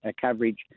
coverage